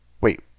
Wait